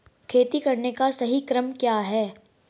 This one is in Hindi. खेती करने का सही क्रम क्या है?